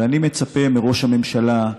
ואני מצפה מראש הממשלה,